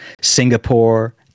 Singapore